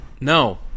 No